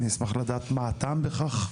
אני אשמח לדעת מה הטעם בכך.